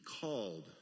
called